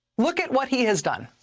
look at what he has done.